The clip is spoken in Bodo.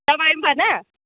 जाबाय होमब्ला ना